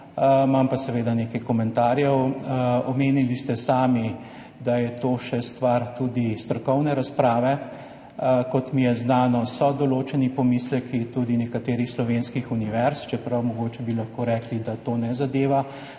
Imam pa seveda nekaj komentarjev. Sami ste omenili, da je to še stvar tudi strokovne razprave. Kot mi je znano, so določeni pomisleki tudi nekaterih slovenskih univerz, čeprav bi mogoče lahko rekli, da to ne zadeva